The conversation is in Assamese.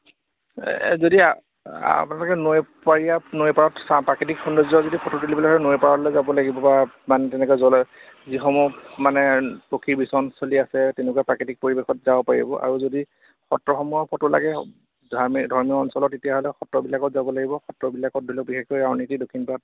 যদি আপোনালোকে নৈপৰীয়া নৈৰ পাৰত প্ৰাকৃতিক সৌন্দৰ্যৰ যদি ফটো তুলিবলৈ হ'লে নৈপাৰলৈ যাব লাগিব বা মানে তেনেকৈ যলৈ যিসমূহ মানে পক্ষী বিচৰণ চলি আছে তেনেকুৱা প্ৰাকৃতিক পৰিৱেশত যাব পাৰিব আৰু যদি সত্ৰসমূহৰ ফটো লাগে ধৰ্মীয় অঞ্চলত তেতিয়াহ'লে সত্ৰবিলাকত যাব লাগিব সত্ৰবিলাকত ধৰি লওক বিশেষকৈ আউনী আটী দক্ষিণপাত